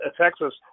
Texas